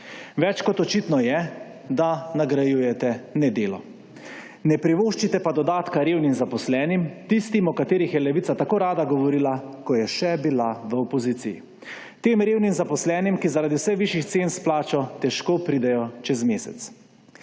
Več kot očitno je, da nagrajujete nedelo. Ne privoščite pa dodatka revnim zaposlenim, tistim, o katetrih je Levica tako rada govorila, ko je še bila v opoziciji. Tem revnim zaposlenim, ki zaradi vse višjih cen s plačo težko pridejo čez mesec.